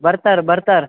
ಬರ್ತಾರೆ ಬರ್ತಾರೆ